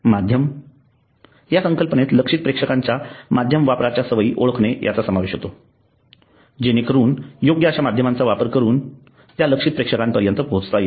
माध्यम या संकल्पनेत लक्ष्यित प्रेक्षकांच्या माध्यम वापराच्या सवयी ओळखणे याचा समावेश होतो जेणेकरून योग्य अश्या माध्यमांचा वापर करून त्या लक्षित प्रेक्षकांपर्यंत पोहोचता येईल